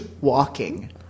walking